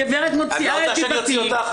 הגברת מוציאה את דיבתי רעה.